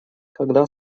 когда